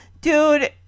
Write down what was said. dude